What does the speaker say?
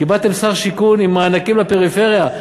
קיבלתם שר שיכון עם מענקים לפריפריה,